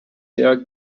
pair